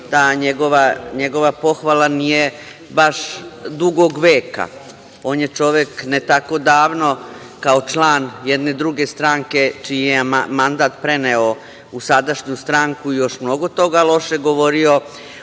da njega pohvala nije baš dugog veka. On je, čovek, ne tako davno, kao član jedne druge stranke čiji je mandat preneo u sadašnju stranku, još mnogo toga lošeg govorio